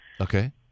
Okay